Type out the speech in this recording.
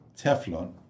Teflon